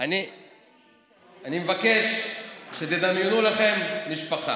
אני מבקש שתדמיינו לכם משפחה.